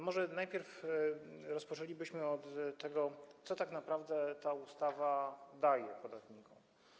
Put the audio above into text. Może najpierw rozpoczęlibyśmy od tego, co tak naprawdę ta ustawa daje podatnikom.